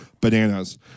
bananas